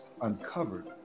uncovered